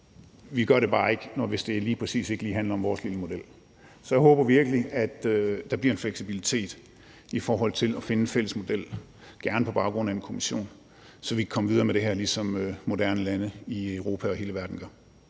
vi gør det bare ikke, hvis det lige præcis ikke handler om vores lille model. Jeg håber virkelig, at der bliver en fleksibilitet i forhold til at finde en fælles model, gerne på baggrund af en kommission, så vi kan komme videre med det her, ligesom moderne lande i Europa og i hele verden gør.